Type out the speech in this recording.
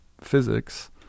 physics